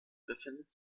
befindet